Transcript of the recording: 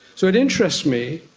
so it interests me,